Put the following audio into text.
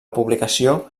publicació